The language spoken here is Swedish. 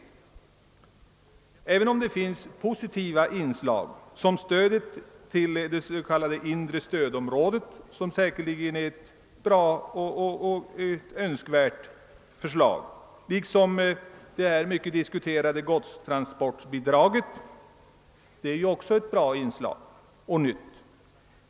Det finns positiva inslag såsom stödet till det s.k. inre stödområdet och godstransportbidraget vilket säkerligen är ett bra förslag som det är önskvärt att man kan genomföra.